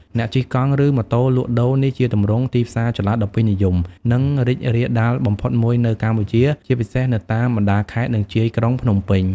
អ្នកជិះកង់ ឬ ម៉ូតូលក់ដូរ នេះជាទម្រង់ទីផ្សារចល័តដ៏ពេញនិយម និងរីករាលដាលបំផុតមួយនៅកម្ពុជា ជាពិសេសនៅតាមបណ្ដាខេត្ត និងជាយក្រុងភ្នំពេញ។